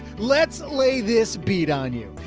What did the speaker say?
let's lay this beat on you.